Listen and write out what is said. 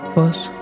First